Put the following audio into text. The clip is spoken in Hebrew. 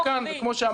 וכפי שאמרנו,